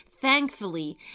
Thankfully